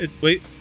wait